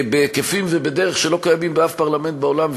בהיקפים ובדרך שלא קיימים בשום פרלמנט בעולם,